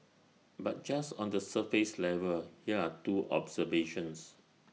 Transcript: but just on the surface level here are two observations